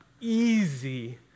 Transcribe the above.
easy